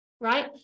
right